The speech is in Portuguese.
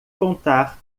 contar